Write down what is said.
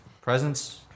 Presence